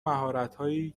مهارتهایی